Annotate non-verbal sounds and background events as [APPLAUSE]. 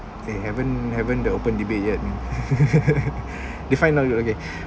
they haven't haven't the open debate yet mm [LAUGHS] define now you okay